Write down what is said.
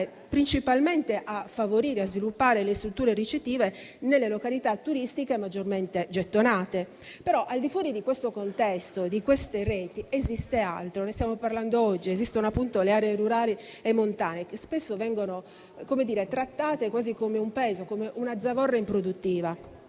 principalmente a favorire e a sviluppare le strutture ricettive nelle località turistiche maggiormente gettonate. Tuttavia, al di fuori di questo contesto e di queste reti esiste altro - ne stiamo parlando oggi - appunto le aree rurali e montane, che spesso vengono trattate quasi come un peso, come una zavorra improduttiva.